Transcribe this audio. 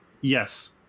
Yes